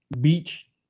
beach